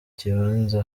kibanza